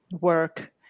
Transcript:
work